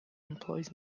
employs